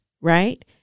Right